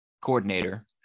coordinator